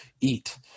eat